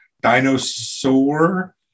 Dinosaur